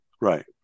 Right